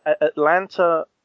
Atlanta